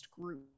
group